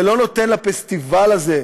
ולא נותן לפסטיבל הזה,